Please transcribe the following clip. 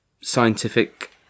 scientific